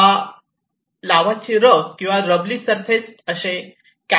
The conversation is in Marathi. हा लावाची रफ किंवा रबली सरफेस असे चारक्टरीज्ड आहे